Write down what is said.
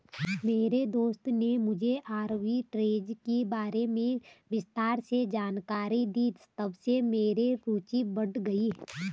मेरे दोस्त ने मुझे आरबी ट्रेज़ के बारे में विस्तार से जानकारी दी तबसे मेरी रूचि बढ़ गयी